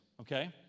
okay